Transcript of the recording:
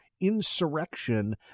insurrection